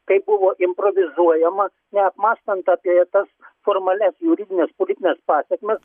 kaip buvo improvizuojama neapmąstant apie tas formalias juridines politines pasekmes